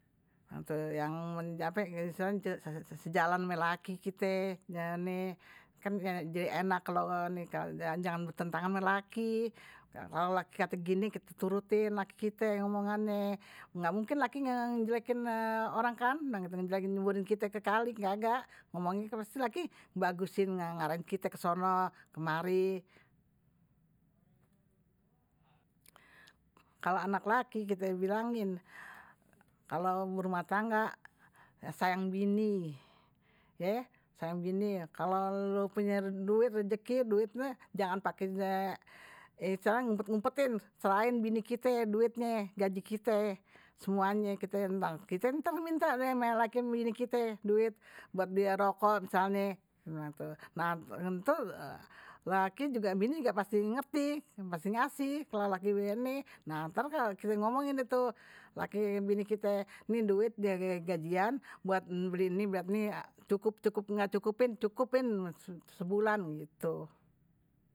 yang istilahnye sejalan ame laki kite, yang nih, kan jadi enak jangan betentangan ame laki, kalo laki kate gini kite turutin laki kite omongannye, ga mungkin laki ngejelekin orang kan, bilang gitu nyeburin kite ke kali kagak, ngomongnye pasti laki ngebagusin ngarahin kite kesono kemari, kalo anak laki kite bilangin, kalo berumah tangga sayang bini, ye sayang bini kalo loe punya rejeki jangan pake istilahnye ngumpet ngumpetin serahin ama bini kite duitnye gaji kite, semuanye kita nih ntar minta ama laki ama bini kite duit, buat beli rokok misalnye bilang gitu, nah ntu bini juga pasti ngerti, pasti ngasih kalo laki kite omongin deh tuh bini kite, nih duit gajian buat beli ini beli ini, cukup cukup cukupin sebulan gitu.